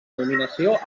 nominació